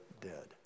dead